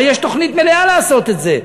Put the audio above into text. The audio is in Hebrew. הרי יש תוכנית מלאה לעשות את זה.